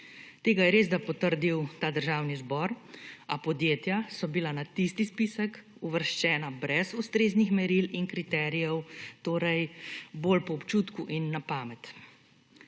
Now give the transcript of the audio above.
Tega je resda potrdil ta državni zbor, a podjetja so bila na tisti spisek uvrščena brez ustrezni meril in kriterijev, torej bolj po občutku in na pamet.